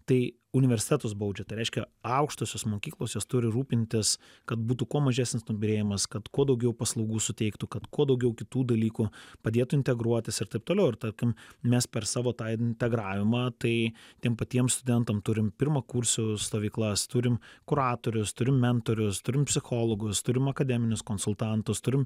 tai universitetus baudžia tai reiškia aukštosios mokyklos jos turi rūpintis kad būtų kuo mažesnis nubyrėjimas kad kuo daugiau paslaugų suteiktų kad kuo daugiau kitų dalykų padėtų integruotis ir taip toliau ir tarkim mes per savo tą integravimą tai tiem patiem studentam turim pirmakursių stovyklas turim kuratorius turim mentorius turim psichologus turim akademinius konsultantus turim